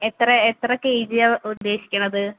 എത്ര എത്ര K G യാണ് ഉദ്ദേശിക്കുന്നത്